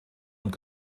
und